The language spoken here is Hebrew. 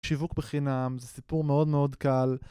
שיווק בחינם זה סיפור מאוד מאוד קל